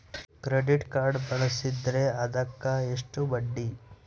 Credit card ಬಳಸಿದ್ರೇ ಅದಕ್ಕ ಬಡ್ಡಿ ಎಷ್ಟು?